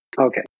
okay